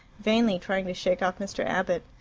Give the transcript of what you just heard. vainly trying to shake off mr. abbott,